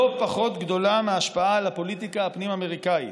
פחות גדולה מההשפעה על הפוליטיקה הפנים-אמריקאית,